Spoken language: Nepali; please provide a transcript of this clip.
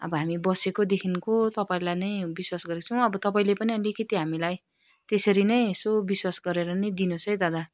अब हामी बसेकोदेखिको तपाईँलाई नै विश्वास गरेको छौँ अब तपाईँले पनि अलिकति हामीलाई त्यसरी नै यसो विश्वास गरेर नै दिनुहोस् है दादा